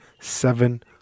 seven